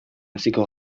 hasiko